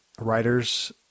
Writers